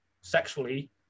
sexually